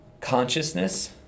Consciousness